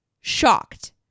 shocked